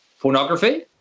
pornography